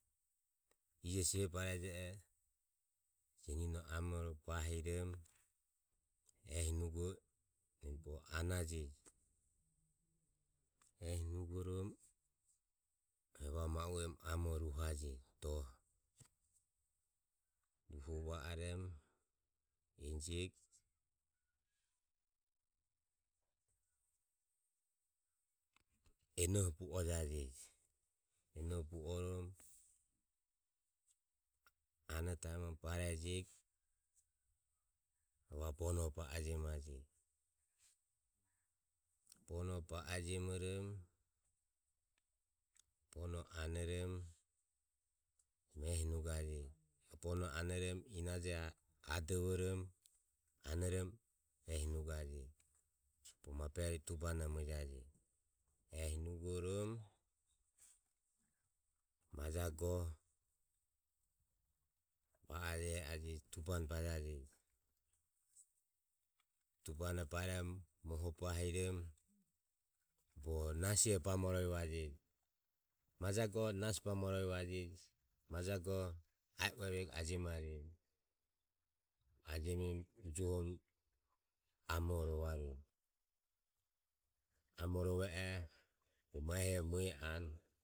ije seho bareje oho jenino amore ro bahiromo ehi nugoromo nimo bogo anajeji ehi nugoromo evare ma u emu amo ruhajeji doho ruho va oromo enjego enoho buojaje buoromo anotaimom barejego evare bonoho baojiomaje bono baojiomoromo bono anorom ehinugoje bonoho anoromo ehinugaje bonoho anoromo inajoho adovoromo anoromo ehi nugajeji bogo maburerio tubohano muejaje ehi nugorom majago va aje eaje tubohane bajaje tubohano bairom moho bahiromo bogo nahisuvo bamo ororivaje majae goho nasi bamo ororivajeji majae goho iae uevego ajemarue ajemimromo ujohoromo amore rovarueje amore rove oho bogo ma ehiho mue anue